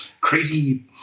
crazy